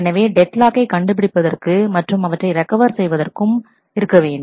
எனவே டெட் லாக்கை கண்டுபிடிப்பதற்கு மற்றும் அவற்றை ரெக்கவர் செய்வதற்கும் இருக்க வேண்டும்